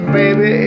baby